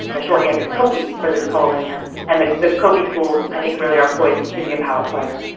the shorthand is coapi for this coalition, and the the coapi schools i think really are poised to be a power player.